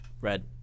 red